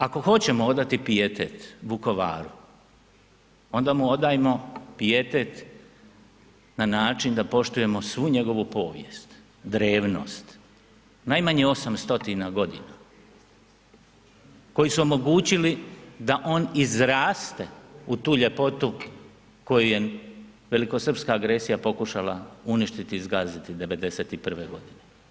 Ako hoćemo odati pijetet Vukovaru, onda mu odajmo pijetet na način da poštujemo svu njegovu povijest, drevnost, najmanje 800 g. koji su omogućili da on izraste u tu ljepotu koju je velikosrpska agresija pokušala uništiti i zgaziti '91. godine.